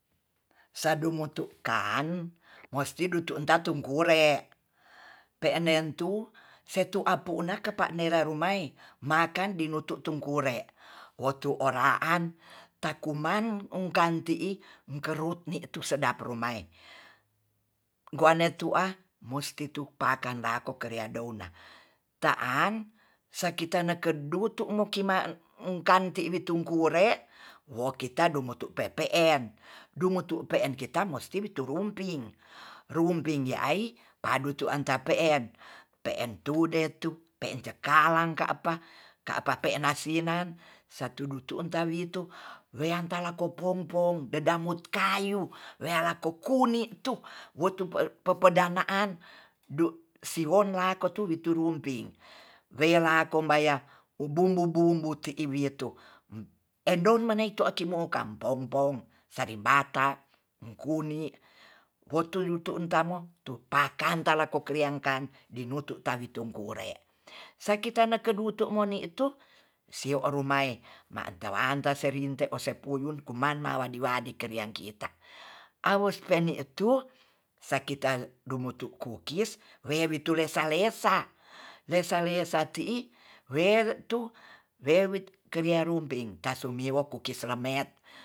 Sadu motu kan musti dutu tatum kure pe'nen tu setu apu'na kepa nera rumai' makan dinututu kure otu oraan takuman ungkan ti'i kerut ni sedap rumae goeno tu a musti tu pakan lako kera dona ta'an sekita neke dutu moki man mungkan wi tung kure wo kita domutu pe'pe en dungutu pe'en kita musti rumping. rumping ye ai padu tuan tape'en pe'en tude tu pe'en cakalang ka apa ka apa pe'en nasinan satu dutu tawitu rean taloko pompong dedamut kayu wela ko kuni tu wotu pe pendanan du si won lakotu witurumping welako baya ubumbu bumbu ti'i witu edon manaitu timoka popom, salimbata kuni wotuluntu tamo tu pakan talako kriakan di nutu tabi tongkure sakitan na kudutu moni tu sio rumae ma telanta serinte ose puyun kumang mawadi wadi kerien kita awos penitu sakitar dumutu kukis remetule salesa le salesati'i were tu wewit keria rumping tasomiwok kukis lamet.